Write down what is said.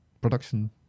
production